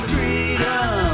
Freedom